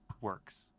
works